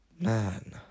Man